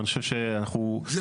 אבל, אני חושב שאנחנו תיקון.